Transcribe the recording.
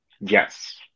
Yes